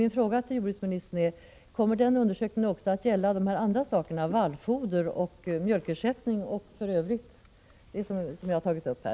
Min fråga till jordbruksministern lyder: Kommer denna undersökning också att gälla vallfoder, mjölkersättning och i övrigt det som jag har tagit upp här?